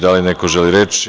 Da li neko želi reč?